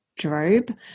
drobe